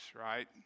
right